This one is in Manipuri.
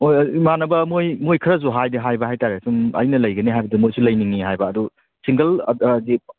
ꯍꯣꯏ ꯍꯣꯏ ꯏꯃꯥꯟꯅꯕ ꯃꯣꯏ ꯃꯣꯏ ꯈꯔꯁꯨ ꯍꯥꯏꯗꯤ ꯍꯥꯏꯕ ꯍꯥꯏꯇꯥꯔꯦ ꯁꯨꯝ ꯑꯩꯅ ꯂꯩꯒꯅꯤ ꯍꯥꯏꯕꯗꯨꯗ ꯃꯣꯏꯁꯨ ꯂꯩꯅꯤꯡꯉꯤ ꯍꯥꯏꯕ ꯁꯤꯡꯒꯜ ꯍꯥꯏꯗꯤ